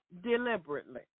deliberately